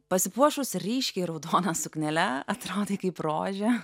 pasipuošus ryškiai raudona suknele atrodai kaip rožė